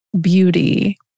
beauty